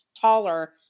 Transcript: taller